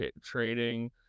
trading